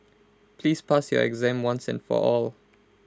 please pass your exam once and for all